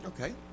okay